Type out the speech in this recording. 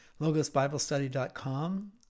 logosbiblestudy.com